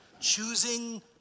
Choosing